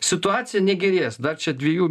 situacija negerės dar čia dviejų